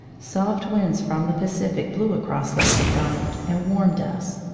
soft winds from the pacific blew across lake macdonald and warmed us.